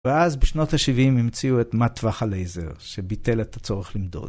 ואז בשנות ה-70 המציאו את מטווח הלייזר שביטל את הצורך למדוד.